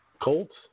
Colts